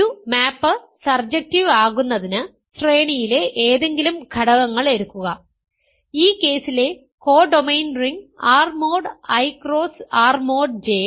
ഒരു map surjective ആകുന്നതിന് ശ്രേണിയിലെ ഏതെങ്കിലും ഘടകങ്ങൾ എടുക്കുക ഈ കേസിലെ codomain ring R mod I cross R mod J